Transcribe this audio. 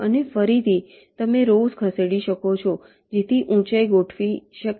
અને ફરીથી તમે રોવ્સ ખસેડી શકો છો જેથી ઊંચાઈ ગોઠવી શકાય